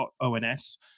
ONS